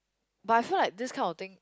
but I feel like this kind of thing